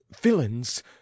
villains